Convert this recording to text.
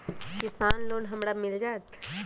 किसान लोन हमरा मिल जायत?